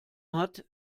hat